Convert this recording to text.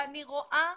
ואני רואה